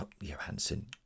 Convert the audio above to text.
Johansson